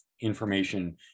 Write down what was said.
information